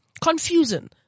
confusion